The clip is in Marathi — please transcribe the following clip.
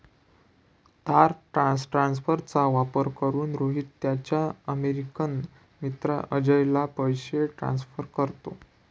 तार ट्रान्सफरचा वापर करून, रोहित त्याचा अमेरिकन मित्र अजयला पैसे ट्रान्सफर करतो